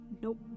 Nope